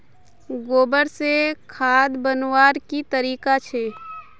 गोबर से खाद बनवार की तरीका छे?